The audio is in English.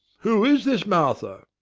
who is this martha?